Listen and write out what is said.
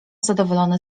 zadowolony